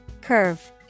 Curve